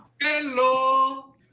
Hello